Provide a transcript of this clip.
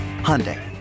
Hyundai